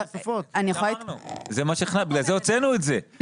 בגלל זה הוצאנו את זה,